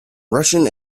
russian